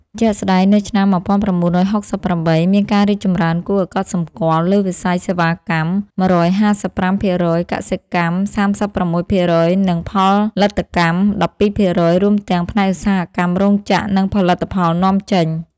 ជាក់ស្តែង នៅឆ្នាំ១៩៦៨ មានការរីកចម្រើនគួរឱ្យកត់សម្គាល់លើវិស័យសេវាកម្ម ១៥៥% កសិកម្ម ៣៦% និងផលិតកម្ម ១២% រួមទាំងផ្នែកឧស្សាហកម្មរោងចក្រ និងផលិតផលនាំចេញ។